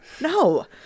no